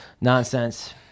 nonsense